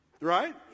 Right